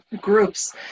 groups